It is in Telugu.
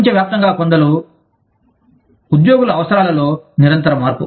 ప్రపంచవ్యాప్తంగా ఉద్యోగుల అవసరాలలో నిరంతర మార్పు